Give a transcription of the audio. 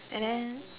and then